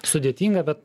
sudėtinga bet